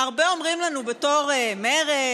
הרבה אומרים לנו בתור מרצ,